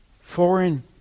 foreign